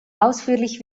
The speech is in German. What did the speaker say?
ausführlich